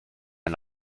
ein